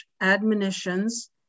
admonitions